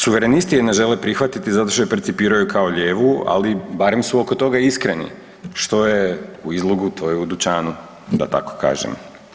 Suverenisti je ne žele prihvatiti zato što je percipiraju kao lijevu, ali barem su oko toga iskreni, što je u izlogu, to je u dućanu, da tako kažem.